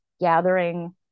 gathering